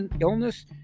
illness